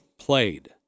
Played